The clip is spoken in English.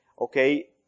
okay